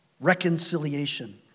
reconciliation